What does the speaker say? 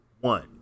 one